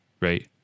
Right